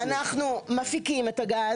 אנחנו מפיקים את הגז.